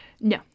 No